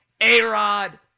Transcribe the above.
A-Rod